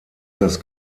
das